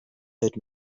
hood